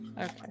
okay